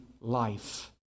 life